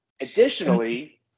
Additionally